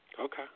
Okay